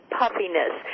puffiness